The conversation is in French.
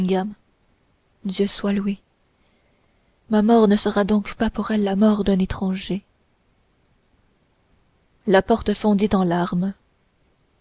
dieu soit loué ma mort ne sera donc pas pour elle la mort d'un étranger la porte fondit en larmes